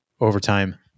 overtime